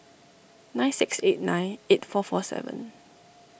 nine six eight nine eight four four seven